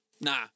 Nah